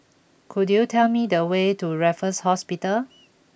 could you tell me the way to Raffles Hospital